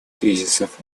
кризисов